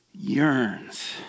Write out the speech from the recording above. yearns